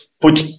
put